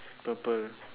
purple